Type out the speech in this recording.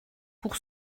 pour